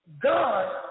God